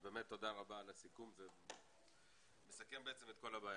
אז באמת תודה רבה על הסיכום, זה מסכם את כל הבעיה.